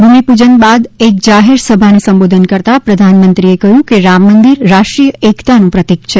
ભૂમિપૂજન બાદ એક જાહેર સભાને સંબોધન કરતાં પ્રધાનમંત્રીએ કહ્યું કે રામ મંદિર રાષ્ટ્રીય એકતાનું પ્રતિક છે